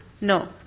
No